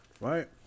right